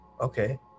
Okay